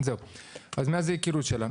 זה שיקול דעת.